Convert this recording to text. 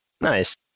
nice